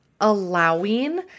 allowing